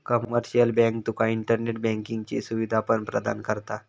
commercial bank तुका internet बँकिंगची सुवीधा पण प्रदान करता